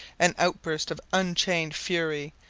an outburst of unchained fury,